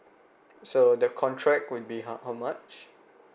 so the contract would be how how much